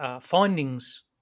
findings